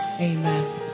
Amen